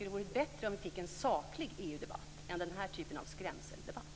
Det vore bättre om vi fick en saklig EU-debatt än den här typen av skrämseldebatt.